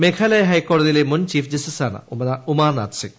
മേഘാലയ ഹൈക്കോടതിയിലെ മുൻ ചീഫ് ജസ്റ്റിസാണ് ഉമാനാഥ്സിങ്